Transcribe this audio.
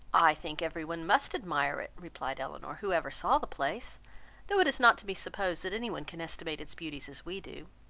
i think every one must admire it, replied elinor, who ever saw the place though it is not to be supposed that any one can estimate its beauties as we do.